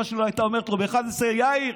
אימא שלו הייתה אומרת לו ב-11:00: יאיר,